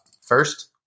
First